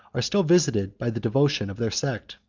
are still visited by the devotion of their sect.